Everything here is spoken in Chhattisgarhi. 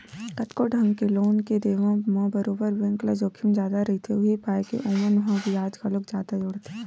कतको ढंग के लोन के देवत म बरोबर बेंक ल जोखिम जादा रहिथे, उहीं पाय के ओमन ह बियाज घलोक जादा जोड़थे